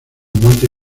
monte